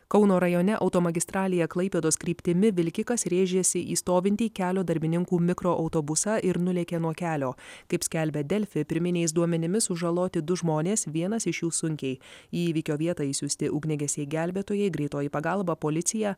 kauno rajone automagistralėje klaipėdos kryptimi vilkikas rėžėsi į stovintį kelio darbininkų mikroautobusą ir nulėkė nuo kelio kaip skelbia delfi pirminiais duomenimis sužaloti du žmonės vienas iš jų sunkiai į įvykio vietą išsiųsti ugniagesiai gelbėtojai greitoji pagalba policija